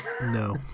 No